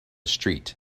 street